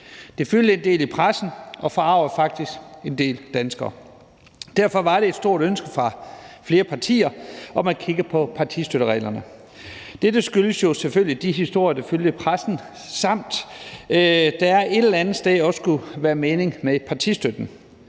Det fyldte en del i pressen og forargede faktisk en del danskere. Derfor var der et stort ønske fra flere partier om at kigge på partistøttereglerne. Dette skyldes jo selvfølgelig de historier, der fyldte i pressen, samt at der et eller andet sted også skulle være mening med partistøtten.